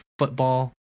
football